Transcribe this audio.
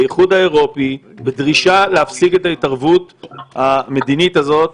לאיחוד האירופי בדרישה להפסיק את ההתערבות המדינית הזאת,